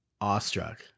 awestruck